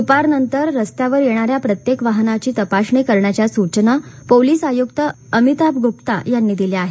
दुपारनंतर रस्त्यावर येणाऱ्या प्रत्येक वाहनाची तपासणी करण्याच्या सूचना पोलीस आयुक्त अमिताभ गुप्ता यांनी दिल्या आहेत